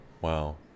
Wow